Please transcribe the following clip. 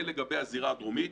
זה לגבי הזירה הדרומית.